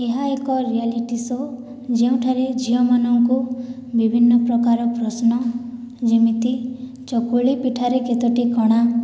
ଏହା ଏକ reality show ଯେଉଁଠାରେ ଝିଅମାନଙ୍କୁ ବିଭିନ୍ନ ପ୍ରକାର ପ୍ରଶ୍ନ ଯେମିତି ଚକୁଳି ପିଠାରେ କେତୋଟି କଣା